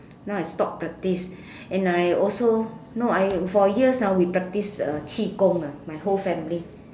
now I stopped practice and I also no I for years ah we practiced uh qi gong ah my whole family